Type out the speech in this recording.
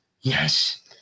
Yes